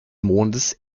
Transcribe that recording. mondes